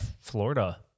Florida